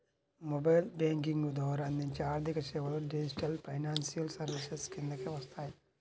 mobile banking ద్వారా అందించే ఆర్థికసేవలు డిజిటల్ ఫైనాన్షియల్ సర్వీసెస్ కిందకే వస్తాయి